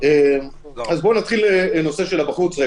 בואו נתחיל בנושא של בחוץ.